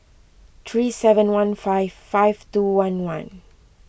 three seven one five five two one one